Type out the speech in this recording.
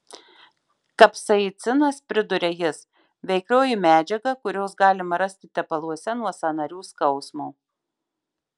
kapsaicinas priduria jis veiklioji medžiaga kurios galima rasti tepaluose nuo sąnarių skausmo